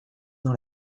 dans